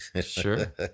Sure